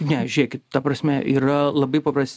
ne žėkit ta prasme yra labai papras